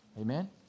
Amen